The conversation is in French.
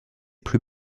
plus